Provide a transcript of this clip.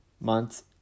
Months